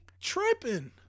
tripping